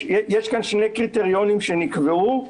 יש כאן שני קריטריונים שנקבעו,